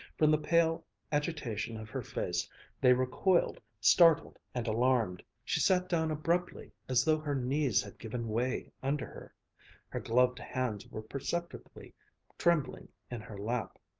from the pale agitation of her face they recoiled, startled and alarmed. she sat down abruptly as though her knees had given way under her. her gloved hands were perceptibly trembling in her lap.